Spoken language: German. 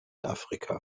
afrika